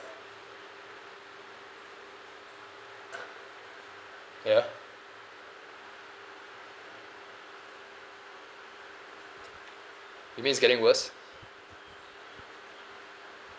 ya you mean is getting worse